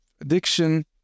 addiction